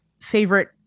favorite